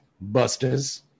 busters